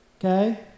okay